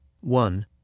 One